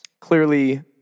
Clearly